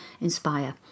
inspire